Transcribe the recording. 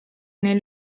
nei